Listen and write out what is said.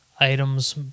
items